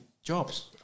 jobs